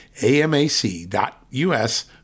amac.us